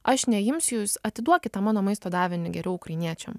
aš neimsiu jūs atiduokit tą mano maisto davinį geriau ukrainiečiam